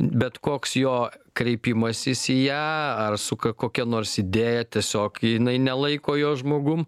bet koks jo kreipimasis į ją ar su k kokia nors idėja tiesiog jinai nelaiko jo žmogum